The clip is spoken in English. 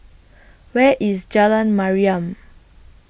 Where IS Jalan Mariam